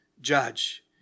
judge